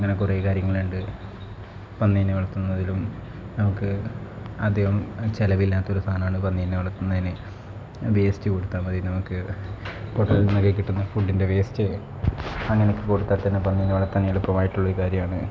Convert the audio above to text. അങ്ങനെ കുറേ കാര്യങ്ങൾ ഉണ്ട് പന്നീനെ വളർത്തുന്നതിലും നമുക്ക് അധികം ചിലവില്ലാത്ത ഒരു സാധനമാണ് പന്നിനെ വളർത്തുന്നതിന് വേസ്റ്റ് കൊടുത്താൽ മതി നമുക്ക് ഹോട്ടലിൽ നിന്നൊക്കെ കിട്ടുന്ന ഫുഡിൻ്റെ വേസ്റ്റ് അങ്ങ നെയൊക്കെ കൊടുത്താൽ തന്നെ പന്നിനെ വളർത്താൻ എളുപ്പമായിട്ടുള്ള കാര്യമാണ്